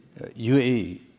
UAE